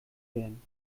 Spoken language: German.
werden